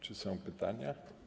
Czy są pytania?